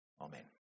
Amen